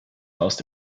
most